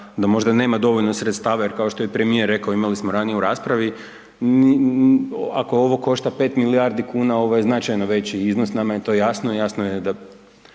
da možda nema dovoljno sredstava jer kao što je i premijer rekao, imali smo ranije u raspravi, ako ovo košta 5 milijardi kuna, ovo je značajno veći iznos, nama je to jasno, jasno je da